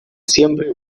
siempre